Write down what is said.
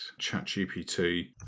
ChatGPT